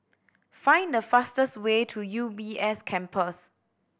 find the fastest way to U B S Campus